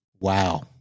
wow